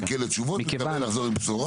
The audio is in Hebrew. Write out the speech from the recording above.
מחכה לתשובות ומקווה לחזור עם בשורה.